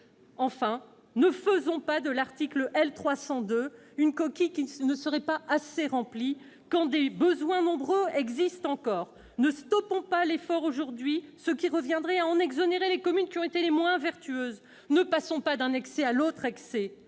Ne faisons pas de l'article L. 302-5 une coquille qui ne serait pas assez remplie quand des besoins nombreux existent encore. Ne stoppons pas l'effort aujourd'hui, ce qui reviendrait à en exonérer les communes qui ont été les moins vertueuses ! Ne passons pas d'un excès à l'autre.